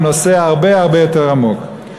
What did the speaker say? זה נושא הרבה הרבה יותר עמוק.